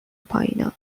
پایینها